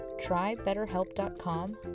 trybetterhelp.com